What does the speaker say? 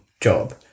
job